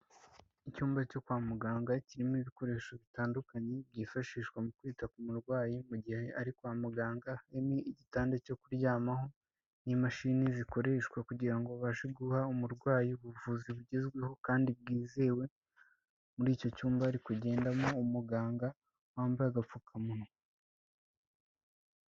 Icyumba cyo kwa muganga kirimo ibikoresho bitandukanye byifashishwa mu kwita ku murwayi mu gihe ari kwa muganga, harimo igitanda cyo kuryamaho n'imashini zikoreshwa kugira ngo babashe guha umurwayi ubuvuzi bugezweho kandi bwizewe, muri icyo cyumba hari kugendamo umuganga wambaye agapfukamunwa.